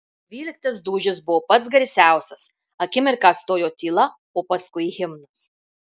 dvyliktas dūžis buvo pats garsiausias akimirką stojo tyla o paskui himnas